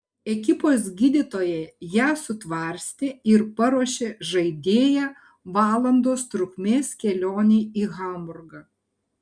ekipos gydytojai ją sutvarstė ir paruošė žaidėją valandos trukmės kelionei į hamburgą